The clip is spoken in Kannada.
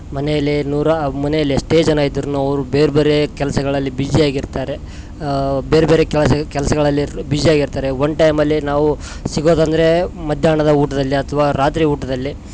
ಮನೆಯಲ್ಲಿ ನೂರಾ ಮನೆಯಲ್ಲಿ ಎಷ್ಟೇ ಜನ ಇದ್ದರೂನು ಅವರು ಬೇರೆ ಬೇರೆ ಕೆಲಸಗಳಲ್ಲಿ ಬಿಝಿ ಆಗಿರ್ತಾರೆ ಬೇರೆ ಬೇರೆ ಕೆಲಸ ಕೆಲಸಗಳಲ್ಲಿ ರ್ ಬಿಝಿಯಾಗಿರ್ತರೆ ಒಂದ್ ಟೈಮಲ್ಲಿ ನಾವು ಸಿಗೋದಂದರೆ ಮದ್ಯಾಹ್ನದ ಊಟದಲ್ಲಿ ಅಥ್ವಾ ರಾತ್ರಿ ಊಟದಲ್ಲಿ